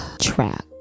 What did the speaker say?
track